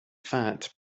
fat